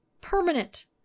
permanent